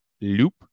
loop